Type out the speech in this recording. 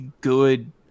good